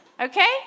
okay